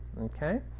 Okay